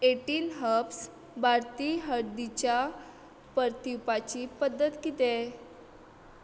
eighteen herbs भारतीय हर्दीच्या परतीवपाची पद्दत कितें